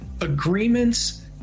agreements